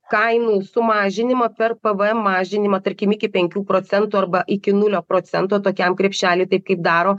kainų sumažinimą per pvm mažinimą tarkim iki penkių procentų arba iki nulio procento tokiam krepšeliui taip kaip daro